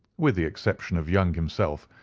with the exception of young himself,